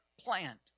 plant